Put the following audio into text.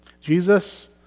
Jesus